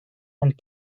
and